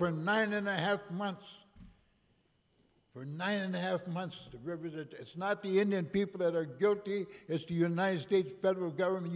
for nine and a half months for nine and a half months to remember that it's not the indian people that are guilty it's the united states federal government